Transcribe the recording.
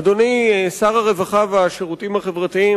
אדוני שר הרווחה והשירותים החברתיים,